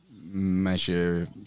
measure